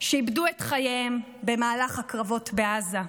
שאיבדו את חייהם במהלך הקרבות בעזה.